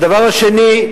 והדבר השני,